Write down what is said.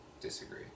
disagree